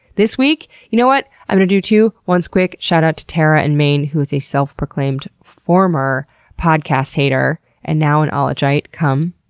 this week, you know what? i'm gonna do two. one is quick. shout out to tara in maine, who's a self-proclaimed former podcast hater and now an ologite. come,